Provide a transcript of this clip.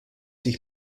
sich